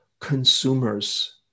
consumers